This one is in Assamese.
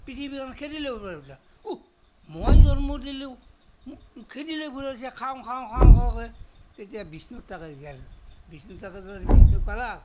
পৃথিৱীৰ পৰা খেদি উহ মই জন্ম দিলোঁ মোক খেদি লৈ ফুৰিছে খাওঁ খাওঁ খাওঁ খাওঁ কে তেতিয়া বিষ্ণুৰ তাতে গ'ল বিষ্ণুৰ তাতে গৈ বিষ্ণুক ক'লে